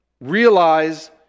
Realize